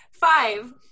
Five